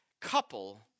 couple